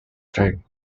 track